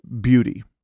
beauty